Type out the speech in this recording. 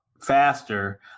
faster